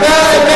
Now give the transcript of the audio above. אני אומר אמת.